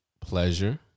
pleasure